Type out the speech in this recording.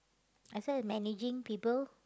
I still managing people